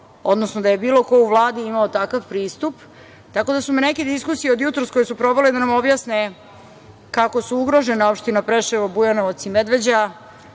odnosno da je bilo ko u Vladi imao takav pristup, tako da su neke diskusije od jutros, koje su probale da nam objasne kako su ugrožene opštine Preševo, Bujanovac i Medveđa,